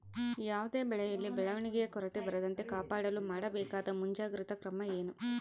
ಯಾವುದೇ ಬೆಳೆಯಲ್ಲಿ ಬೆಳವಣಿಗೆಯ ಕೊರತೆ ಬರದಂತೆ ಕಾಪಾಡಲು ಮಾಡಬೇಕಾದ ಮುಂಜಾಗ್ರತಾ ಕ್ರಮ ಏನು?